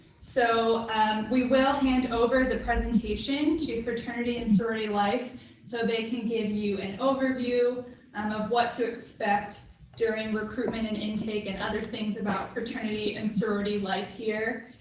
so we will hand over the presentation to fraternity and sorority life so they can give you an overview um of what to expect during recruitment and intake and other things about fraternity and sorority life here,